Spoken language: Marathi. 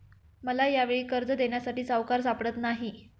मला यावेळी कर्ज देण्यासाठी सावकार सापडत नाही